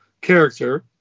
character